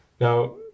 Now